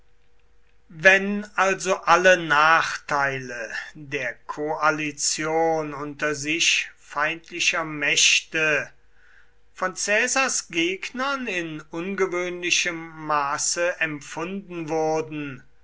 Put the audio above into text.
wenn also alle nachteile der koalition unter sich feindlicher mächte von caesars gegnern in ungewöhnlichem maße empfunden wurden